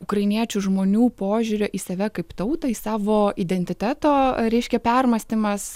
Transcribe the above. ukrainiečių žmonių požiūrio į save kaip tautą į savo identiteto reiškia permąstymas